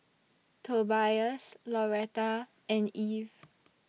Tobias Lauretta and Eve